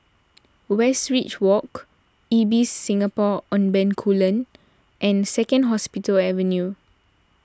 Westridge Walk Ibis Singapore on Bencoolen and Second Hospital Avenue